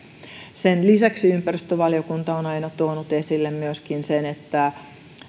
sen lisäksi ympäristövaliokunta on aina tuonut esille myöskin sen että